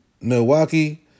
Milwaukee